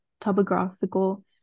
topographical